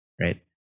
right